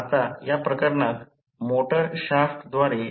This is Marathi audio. तर कमी व्होल्टेज वाइंडिंग मध्ये विद्युत प्रवाह पहा